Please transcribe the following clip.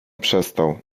przestał